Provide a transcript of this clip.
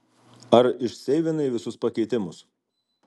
ar išseivinai visus pakeitimus